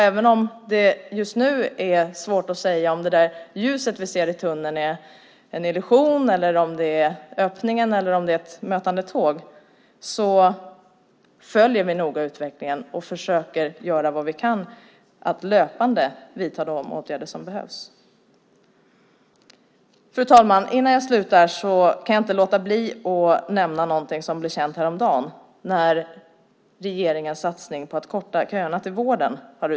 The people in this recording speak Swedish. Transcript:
Även om det just nu är svårt att säga om det ljus som vi ser i tunneln bara är en illusion eller om det är en öppning eller ett mötande tåg följer vi utvecklingen noga och försöker göra vad vi kan och löpande vidta de åtgärder som behövs. Fru talman! Innan jag avslutar mitt anförande kan jag inte låta bli att nämna något som blev känt häromdagen, nämligen utvärderingen av regeringens satsning på att korta köerna till vården.